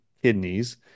kidneys